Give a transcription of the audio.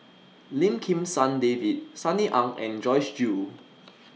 Lim Kim San David Sunny Ang and Joyce Jue